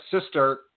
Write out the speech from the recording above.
sister